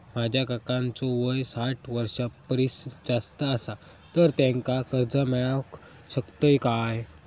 माझ्या काकांचो वय साठ वर्षां परिस जास्त आसा तर त्यांका कर्जा मेळाक शकतय काय?